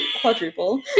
quadruple